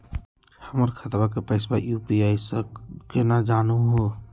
हमर खतवा के पैसवा यू.पी.आई स केना जानहु हो?